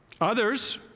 Others